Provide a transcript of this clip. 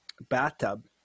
bathtub